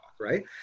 right